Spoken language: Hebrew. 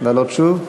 לעלות שוב?